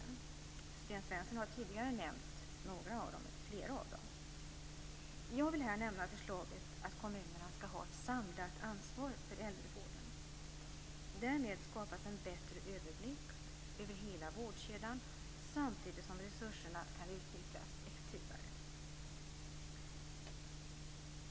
Sten Svensson har tidigare nämnt flera av dem. Jag vill här nämna förslaget om att kommunerna skall ha ett samlat ansvar för äldrevården. Därmed skapas en bättre överblick över hela vårdkedjan samtidigt som resurserna kan utnyttjas effektivare.